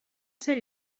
ser